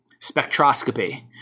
spectroscopy